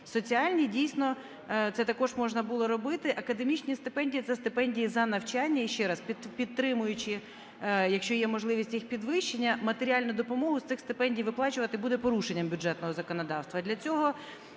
соціальні, дійсно, це також можна було робити. Академічні стипендії – це стипендії за навчання, і ще раз, підтримуючи, якщо є можливість, їх підвищення, матеріальну допомогу з цих стипендій виплачувати буде порушенням бюджетного законодавства.